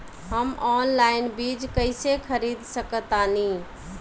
हम ऑनलाइन बीज कईसे खरीद सकतानी?